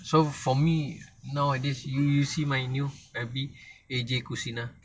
so for me nowadays you you see my new family A_J cusina